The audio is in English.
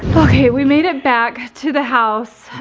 okay, we made it back to the house.